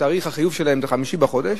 תאריך החיוב שלה זה 5 בחודש,